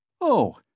Oh